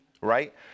right